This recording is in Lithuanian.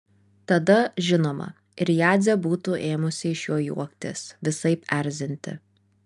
tada žinoma ir jadzė būtų ėmusi iš jo juoktis visaip erzinti